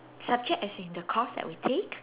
subject as in the course that we take